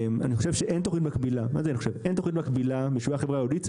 אין תכנית מקבילה לחברה היהודית,